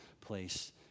place